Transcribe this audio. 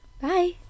Bye